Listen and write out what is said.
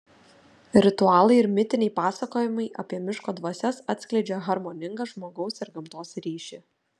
ritualai ir mitiniai pasakojimai apie miško dvasias atskleidžia harmoningą žmogaus ir gamtos ryšį